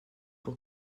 pour